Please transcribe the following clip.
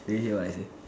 really what I say